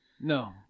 No